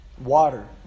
water